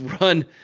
run